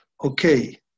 Okay